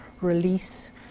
release